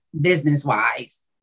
business-wise